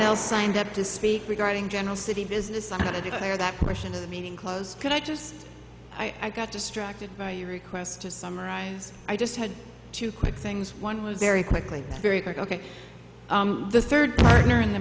else signed up to speak regarding general city business i'm going to declare that portion of the meeting closed could i just i got distracted by your request to summarize i just had two quick things one was very quickly very good ok the third partner in the